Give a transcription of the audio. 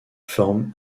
forment